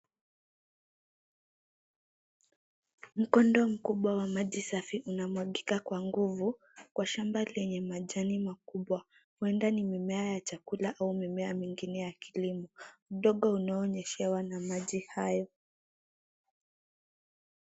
Mkondo mkubwa wa maji safi unamwagika kwa nguvu, kwa shamba lenye majani makubwa. Huenda ni mimea ya chakula au mimea mingine ya kilimo. Udogo unaonyeshwa na maji hayo.